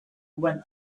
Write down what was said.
went